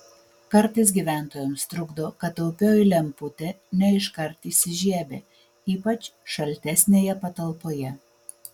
kartais gyventojams trukdo kad taupioji lemputė ne iškart įsižiebia ypač šaltesnėje patalpoje